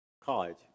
college